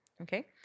Okay